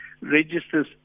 registers